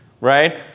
right